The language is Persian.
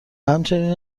همچنین